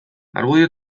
argudio